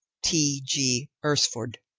t. g. ursford,